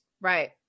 Right